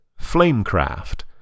Flamecraft